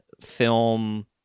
film